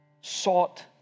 sought